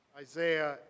Isaiah